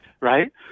right